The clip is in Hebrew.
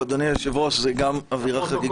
אדוני היושב-ראש, זו גם אווירה חגיגית.